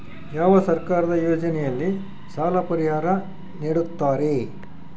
ಯಾವ ಸರ್ಕಾರದ ಯೋಜನೆಯಲ್ಲಿ ಸಾಲ ಪರಿಹಾರ ನೇಡುತ್ತಾರೆ?